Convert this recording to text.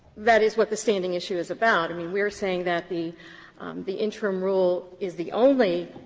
that is what the standing issue is about. i mean we're saying that the the interim rule is the only